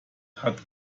hat